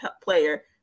player